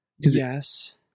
Yes